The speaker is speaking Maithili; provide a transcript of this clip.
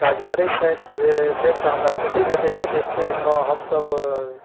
काज करैत छथि जे देखि कऽ हमरा आब खुशी भेटैए जाहि टाइममे हमसभ